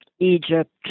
Egypt